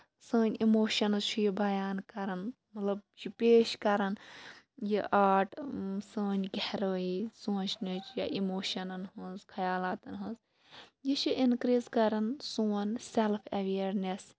سٲنۍ اِموشَنٔز چھِ یہِ بَیان کران مطلب یہِ چھُ پیش کران یہِ آٹ سٲنۍ گہرٲیی سونچنٔچ یا اِموشنن ہنز خَیالاتَن ہنز یہِ چھُ اِنکریٖز کران سون سیلٔف ایویرنیس